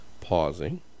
pausing